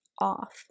off